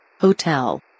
Hotel